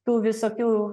tų visokių